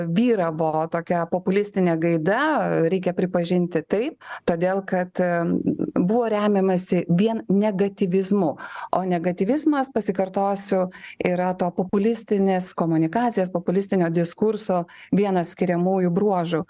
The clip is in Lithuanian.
vyravo tokia populistinė gaida reikia pripažinti taip todėl kad buvo remiamasi vien negatyvizmu o negatyvizmas pasikartosiu yra to populistinės komunikacijos populistinio diskurso vienas skiriamųjų bruožų